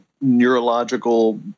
neurological